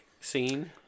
scene